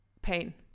pain